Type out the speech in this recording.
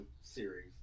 series